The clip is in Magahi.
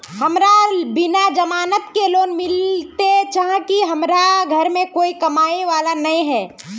हमरा बिना जमानत के लोन मिलते चाँह की हमरा घर में कोई कमाबये वाला नय है?